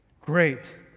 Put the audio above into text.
Great